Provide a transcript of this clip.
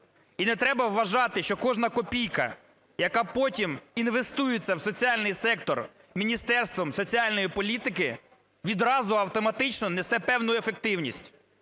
І не треба вважати, що кожна копійка, яка потім інвестується в соціальний сектор Міністерством соціальної політики, відразу несе певну ефективність.